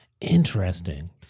Interesting